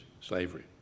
slavery